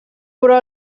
però